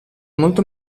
molto